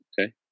Okay